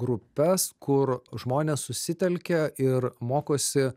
grupes kur žmonės susitelkia ir mokosi